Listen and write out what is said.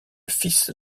fils